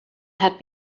had